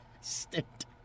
stint